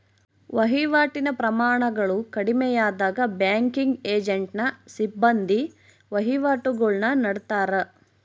ವಹಿವಾಟಿನ ಪ್ರಮಾಣಗಳು ಕಡಿಮೆಯಾದಾಗ ಬ್ಯಾಂಕಿಂಗ್ ಏಜೆಂಟ್ನ ಸಿಬ್ಬಂದಿ ವಹಿವಾಟುಗುಳ್ನ ನಡತ್ತಾರ